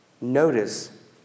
Notice